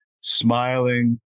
smiling